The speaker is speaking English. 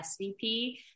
SVP